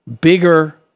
Bigger